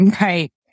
Right